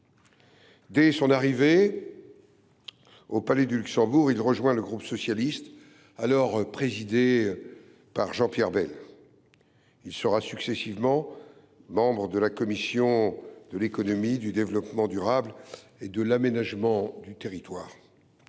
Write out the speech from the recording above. Dès son arrivée au Palais du Luxembourg, il rejoint le groupe socialiste alors présidé par Jean Pierre Bel. Il sera successivement membre de la commission de l’économie, du développement durable et de l’aménagement du territoire,